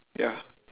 ya